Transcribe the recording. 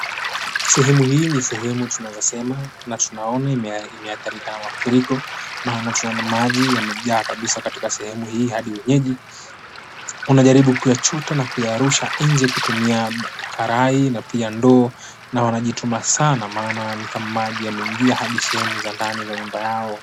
Sehemu hii ni sehemu tunaeza sema na tunaona imehadharika na mafuriko maana tunaona maji yamejaa kabisa katika sehemu hii hadi wenyeji wanajaribu kuyachota na kuyarusha nje kutumia karai na pia ndoo na wanajituma sana maana ni kama maji yameingia hadi sehemu za ndani za nyumba yao.